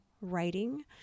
writing